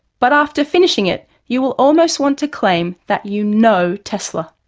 but after finishing it you will almost want to claim that you know tesla.